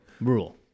rule